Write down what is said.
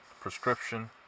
prescription